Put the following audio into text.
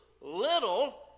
little